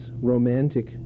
romantic